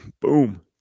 boom